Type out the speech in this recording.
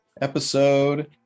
episode